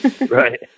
Right